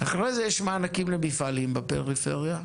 אחרי זה יש מענקים למפעלים בפריפריה,